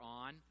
on